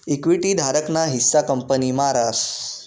equity धारक ना हिस्सा कंपनी मा रास